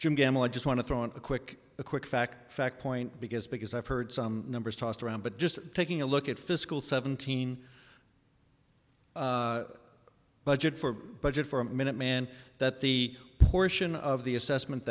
jim gamble i just want to throw in a quick a quick fact fact point because because i've heard some numbers tossed around but just taking a look at fiscal seventeen budget for budget for a minute man that the portion of the assessment